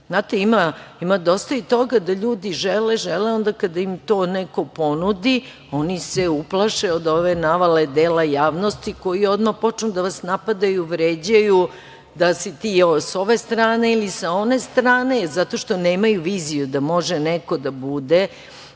ima dosta i toga da ljudi žele, a onda kada im to neko ponudi oni se uplaše od ove navale dela javnosti koji odmah počnu da vas napadaju, vređaju da li si ti sa ove strane ili sa one strane, zato što nemaju viziju da može neko da bude